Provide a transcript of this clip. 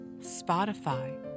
spotify